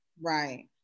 Right